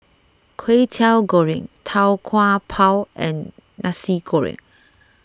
Kway Teow Goreng Tau Kwa Pau and Nasi Goreng